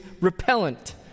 repellent